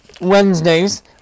Wednesdays